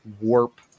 warp